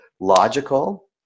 logical